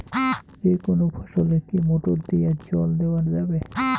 যেকোনো ফসলে কি মোটর দিয়া জল দেওয়া যাবে?